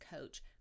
coach